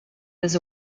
was